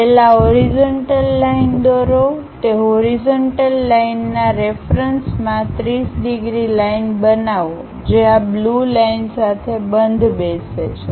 પહેલા horizontal line દોરો તે હોરિઝન્ટલ લાઈન ના રેફરન્સમાં 30 ડિગ્રી લાઇન બનાવો જે આ બ્લુ લાઈન સાથે બંધબેસે છે